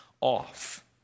off